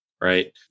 right